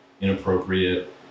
inappropriate